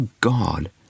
God